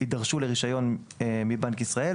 יידרשו לרישיון מבנק ישראל.